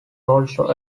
also